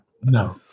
no